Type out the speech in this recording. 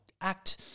act